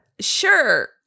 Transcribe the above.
Sure